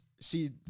see